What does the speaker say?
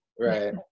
Right